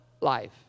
life